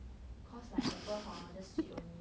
cause like apple hor just sweet only